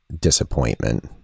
disappointment